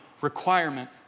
requirement